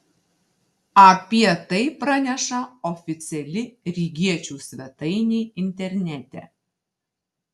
apie tai praneša oficiali rygiečių svetainė internete